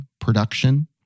production